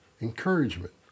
encouragement